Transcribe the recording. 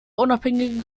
unabhängige